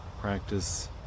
practice